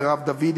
מרב דוד,